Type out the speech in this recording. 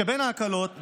בין ההקלות,